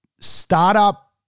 Startup